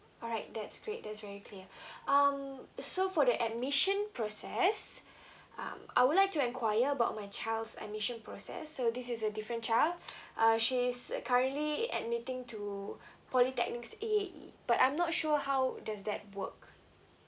alright that's great that's very clear um so for the admission process um I would like to enquire about my child's admission process so this is a different child uh she's uh currently admitting to polytechnics E_A_E but I'm not sure how does that work